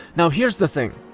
now, here's the thing.